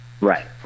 Right